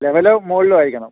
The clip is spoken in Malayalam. ലെവല് മോൾളാരിക്കണം